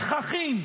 תככים,